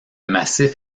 massif